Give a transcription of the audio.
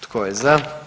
Tko je za?